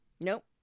Nope